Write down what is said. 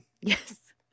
Yes